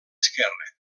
esquerra